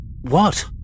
What